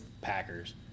Packers